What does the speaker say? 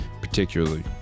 particularly